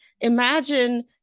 Imagine